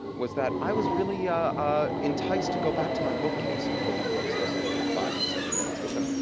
was that i was really ah ah enticed to go back to my bookcase and pull these books down after five or seven minutes with them.